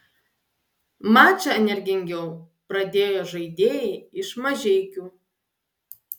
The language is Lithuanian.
mačą energingiau pradėjo žaidėjai iš mažeikių